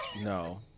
no